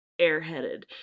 airheaded